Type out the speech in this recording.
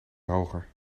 hoger